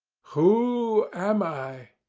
who am i